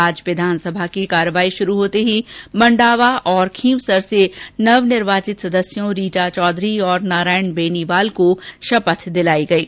आज विधानसभा की कार्यवाही शुरू होते ही मंडावा तथा खींवसर से नवनिर्वाचित सदस्यों रीटा चौधरी तथा नारायण बेनीवाल को शपथ दिलायी गयी